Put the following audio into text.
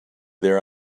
there